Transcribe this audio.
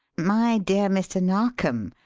my dear mr. narkom,